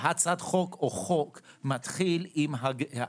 הצעת חוק או חוק מתחילים עם הגדרות,